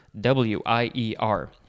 W-I-E-R